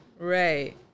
Right